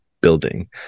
building